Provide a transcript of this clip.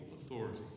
authority